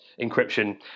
encryption